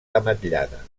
ametllada